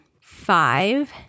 Five